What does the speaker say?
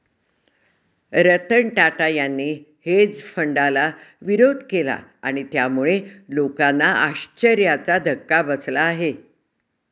रतन टाटा यांनी हेज फंडाला विरोध केला आणि त्यामुळे लोकांना आश्चर्याचा धक्का बसला आहे